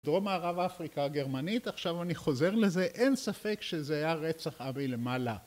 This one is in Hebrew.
דרום מערב אפריקה הגרמנית, עכשיו אני חוזר לזה, אין ספק שזה היה רצח אבי למעלה.